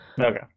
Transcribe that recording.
Okay